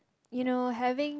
you know having